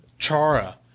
chara